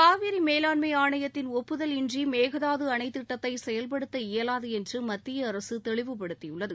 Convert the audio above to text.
காவிரி மேலாண்மை ஆணையத்தின் ஒப்புதல் இன்றி மேகதாது அணை திட்டத்தை செயல்படுத்த இயலாது என்று மத்திய அரசு தெளிவுப்படுத்தி உள்ளது